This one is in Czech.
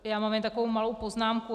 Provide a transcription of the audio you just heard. Já mám jen takovou malou poznámku.